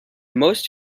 most